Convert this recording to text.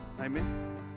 Amen